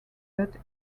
but